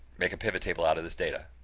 make a pivot table out of this data.